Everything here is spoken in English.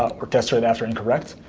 ah test right after incorrect.